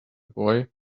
boy